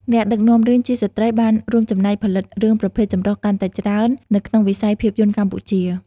អ្នកដឹកនាំរឿងជាស្ត្រីបានរួមចំណែកផលិតរឿងប្រភេទចម្រុះកាន់តែច្រើននៅក្នុងវិស័យភាពយន្តកម្ពុជា។